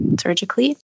surgically